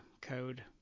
code